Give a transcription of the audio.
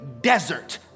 desert